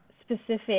specific